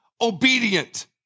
obedient